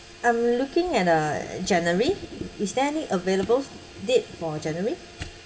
I'm looking at uh january is there any available date for january